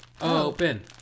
Open